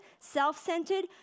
self-centered